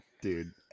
dude